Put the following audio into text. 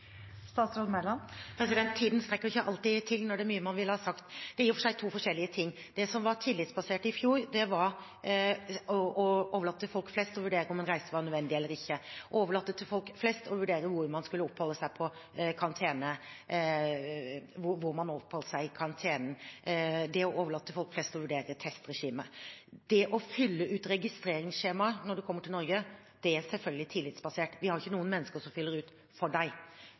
mye man vil ha sagt. Det er i og for seg to forskjellige ting. Det som var tillitsbasert i fjor, var å overlate til folk flest å vurdere om en reise var nødvendig eller ikke, å overlate til folk flest å vurdere hvor man oppholdt seg i karantenen, å overlate til folk flest å vurdere testregime. Det å fylle ut registreringsskjemaet når du kommer til Norge, er selvfølgelig tillitsbasert. Vi har ikke noen mennesker som fyller ut for